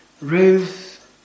Ruth